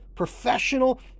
professional